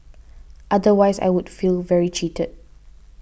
otherwise I would feel very cheated